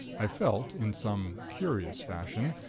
i felt, in some curious fashion,